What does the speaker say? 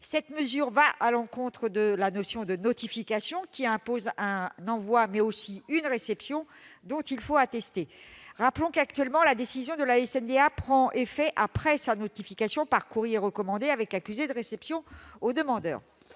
Cette disposition va à l'encontre de la notion de « notification », qui impose un envoi, mais aussi une réception dont il faut attester. Rappelons que, actuellement, la décision de la CNDA prend effet après sa notification au demandeur par courrier recommandé avec accusé de réception. La mesure